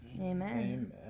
Amen